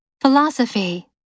Philosophy